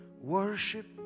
worship